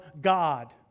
god